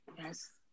Yes